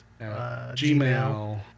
gmail